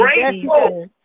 grateful